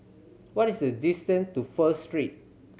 what is the distance to First Street